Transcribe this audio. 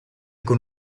con